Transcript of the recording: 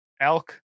Elk